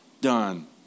done